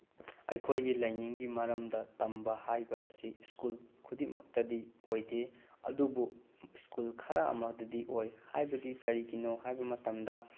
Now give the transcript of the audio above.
ꯑꯩꯈꯣꯏꯒꯤ ꯂꯥꯏꯅꯤꯡꯒꯤ ꯃꯔꯝꯗ ꯇꯝꯕ ꯍꯥꯏꯕ ꯑꯁꯤ ꯁ꯭ꯀꯨꯜ ꯈꯨꯗꯤꯡꯃꯛꯇꯗꯤ ꯑꯣꯏꯗꯦ ꯑꯗꯨꯕꯨ ꯁ꯭ꯀꯨꯜ ꯈꯔ ꯑꯃꯗꯗꯤ ꯑꯣꯏ ꯍꯥꯏꯕꯗꯤ ꯀꯔꯤꯒꯤꯅꯣ ꯍꯥꯏꯕ ꯃꯇꯝꯗ